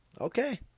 Okay